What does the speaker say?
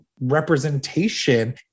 representation